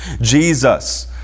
jesus